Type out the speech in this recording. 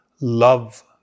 love